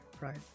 Right